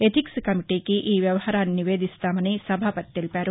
ethics కమిటీకి ఈ వ్యవహారాన్ని నివేదిస్తామని సభాపతి తెలిపారు